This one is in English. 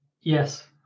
Yes